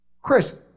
Chris